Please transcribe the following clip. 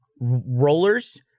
rollers